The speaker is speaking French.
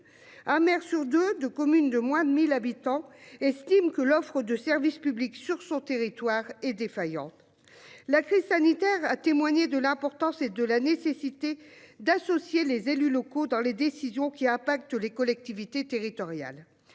Amer sur deux de communes de moins de 1000 habitants, estime que l'offre de service public sur son territoire est défaillante. La crise sanitaire à témoigner de l'importance et de la nécessité d'associer les élus locaux dans les décisions qui impacte les collectivités territoriales.